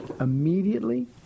immediately